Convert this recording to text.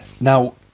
Now